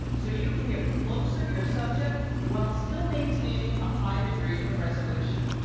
so you can get closer to your subject while still maintaining a high degree of resolution.